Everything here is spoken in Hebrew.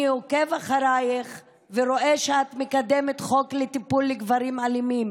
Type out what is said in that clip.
אני עוקב אחרייך ורואה שאת מקדמת חוק לטיפול בגברים אלימים.